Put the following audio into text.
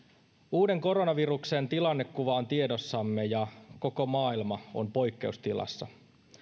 uuden koronaviruksen tilannekuva on tiedossamme ja koko maailma on poikkeustilassa